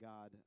God